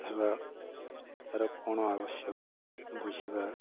ହେବା ତା'ର କ'ଣ ଆବଶ୍ୟକ ବୁଝିବା